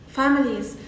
families